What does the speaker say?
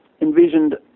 envisioned